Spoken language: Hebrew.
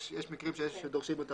אני חייבת לומר שאני מתרשמת שרואים כאן